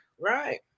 right